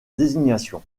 désignation